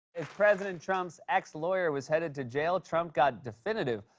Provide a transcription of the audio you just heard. as president trump's ex-lawyer was headed to jail, trump got definitive,